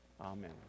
Amen